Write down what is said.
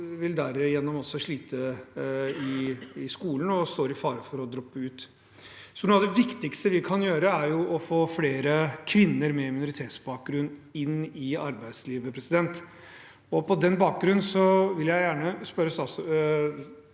vil dermed også slite i skolen og står i fare for å droppe ut. Noe av det viktigste vi kan gjøre, er å få flere kvinner med minoritetsbakgrunn inn i arbeidslivet. På den bakgrunn vil jeg gjerne spørre statsråden